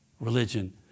religion